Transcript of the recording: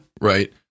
Right